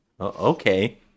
Okay